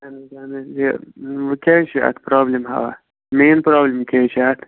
اَہَن حظ اہَن حظ یہِ وۅنۍ کیٛاہ چھُ اَتھ پرٛابلِم ہاوان مین پرابلِم کیٛاہ حظ چھِ اَتھ